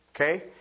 Okay